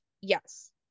Yes